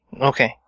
Okay